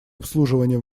обслуживание